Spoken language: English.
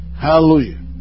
Hallelujah